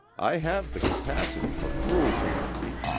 i have the capacity for cruelty in me.